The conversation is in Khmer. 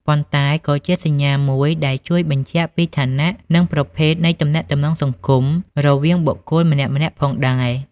ប៉ុន្តែក៏ជាសញ្ញាមួយដែលជួយបញ្ជាក់ពីឋានៈ និងប្រភេទនៃទំនាក់ទំនងសង្គមរវាងបុគ្គលម្នាក់ៗផងដែរ។